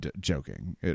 joking